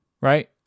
right